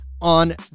on